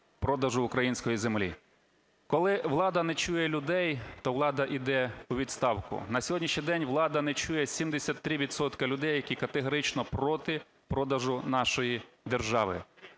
продажу української землі. Коли влада не чує людей, то влада іде у відставку. На сьогоднішній день влада не чує 73 відсотки людей, які категорично проти продажу нашої держави.